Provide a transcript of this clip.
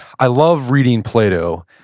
i love reading plato.